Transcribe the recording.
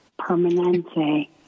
Permanente